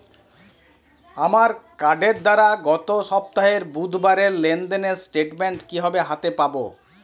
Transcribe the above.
আমার কার্ডের দ্বারা গত সপ্তাহের বুধবারের লেনদেনের স্টেটমেন্ট কীভাবে হাতে পাব?